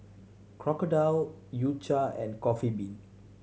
Crocodile U Cha and Coffee Bean